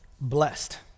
blessed